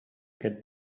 get